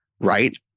right